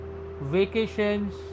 vacations